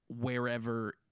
wherever